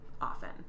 often